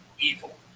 evil